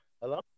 Hello